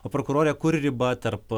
o prokurore kur riba tarp